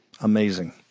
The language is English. Amazing